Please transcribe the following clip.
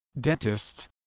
dentists